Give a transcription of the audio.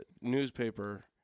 newspaper